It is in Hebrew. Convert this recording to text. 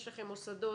יש לכם מוסדות.